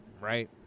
right